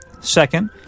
Second